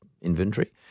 inventory